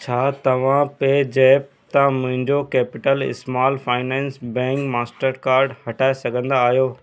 छा तव्हां पे ज़ेप्प तां मुंहिंजो Capital Small Finance Bank Mastercard हटाए सघंदा आहियो